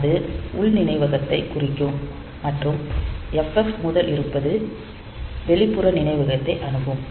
அது உள் நினைவகத்தைக் குறிக்கும் மற்றும் FF முதல் இருப்பது வெளிப்புற நினைவகத்தை அணுகும்